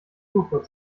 purpur